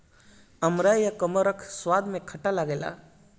अमड़ा या कमरख स्वाद में खट्ट लागेला